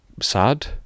sad